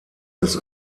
des